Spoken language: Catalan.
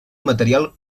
material